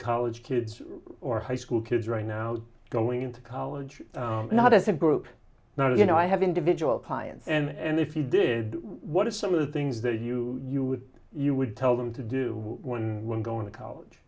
college kids or high school kids right now going to college not as a group not you know i have individual clients and if you did what are some of the things that you you would you would tell them to do when going to college